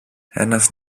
ένας